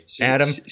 Adam